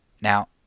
Now